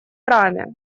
раме